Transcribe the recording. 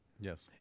Yes